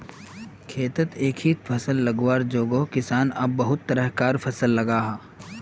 खेतित एके फसल लगवार जोगोत किसान अब बहुत तरह कार फसल लगाहा